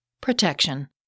protection